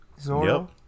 Zoro